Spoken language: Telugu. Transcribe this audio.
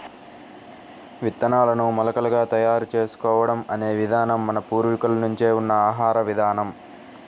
విత్తనాలను మొలకలుగా తయారు చేసుకోవడం అనే విధానం మన పూర్వీకుల నుంచే ఉన్న ఆహార విధానం